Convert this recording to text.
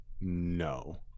No